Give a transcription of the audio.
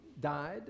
died